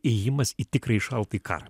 ėjimas į tikrąjį šaltąjį karą